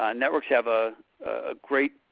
ah networks have a great